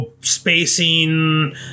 spacing